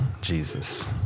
Jesus